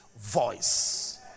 voice